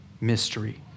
mystery